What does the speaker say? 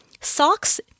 Socks